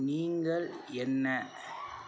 நீங்கள் என்ன